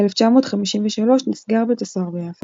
ב-1953 נסגר בית הסוהר ביפו,